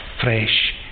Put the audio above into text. fresh